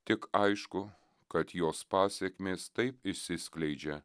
tik aišku kad jos pasekmės taip išsiskleidžia